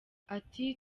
ati